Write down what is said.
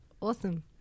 Awesome